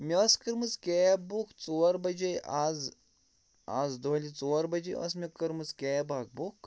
مےٚ ٲس کٔرمٕژ کیب بُک ژور بَجے آز آز دۄہلہِ ژور بَجے ٲس مےٚ کٔرمٕژ کیب اَکھ بُک